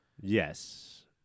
yes